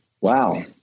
Wow